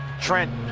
Trent